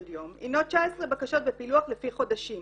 יום הינו 19 בקשות בפילוח על פי חודשים